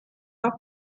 auch